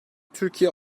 türkiye